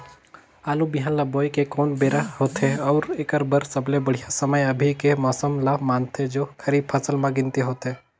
आलू बिहान ल बोये के कोन बेरा होथे अउ एकर बर सबले बढ़िया समय अभी के मौसम ल मानथें जो खरीफ फसल म गिनती होथै?